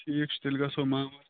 ٹھیٖک چھُ تیٚلہِ گژھو مامر